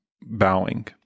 bowing